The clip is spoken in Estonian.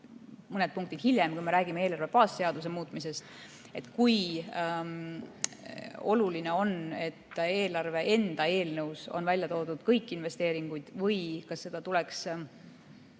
mõned punktid hiljem, kui me räägime eelarve baasseaduse muutmisest. Kui oluline ikkagi on, et eelarve enda seaduses on välja toodud kõik investeeringud? Kas need tuleks